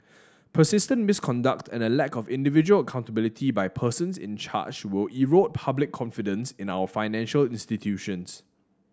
persistent misconduct and a lack of individual accountability by persons in charge will erode public confidence in our financial institutions